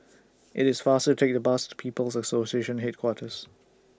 IT IS faster to Take The Bus to People's Association Headquarters